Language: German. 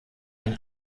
ein